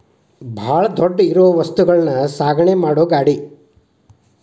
ಬಾಳ ದೊಡ್ಡ ಇರು ವಸ್ತುಗಳನ್ನು ಸಾಗಣೆ ಮಾಡು ಗಾಡಿ